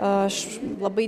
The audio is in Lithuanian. aš labai